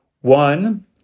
One